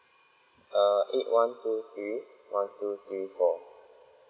err eight one two three one two three four